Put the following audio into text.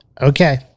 Okay